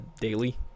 Daily